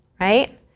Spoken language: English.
right